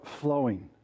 flowing